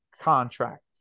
contract